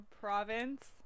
province